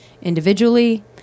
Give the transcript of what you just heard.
individually